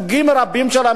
אדוני היושב-ראש,